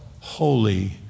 holy